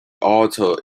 alter